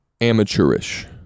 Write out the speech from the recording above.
amateurish